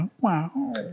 wow